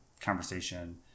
conversation